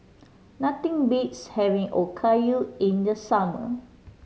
nothing beats having Okayu in the summer